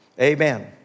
Amen